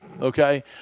okay